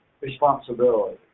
responsibility